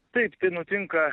taip tai nutinka